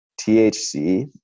THC